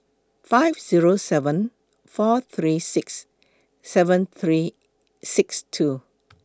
five Zero seven four three six seven three six two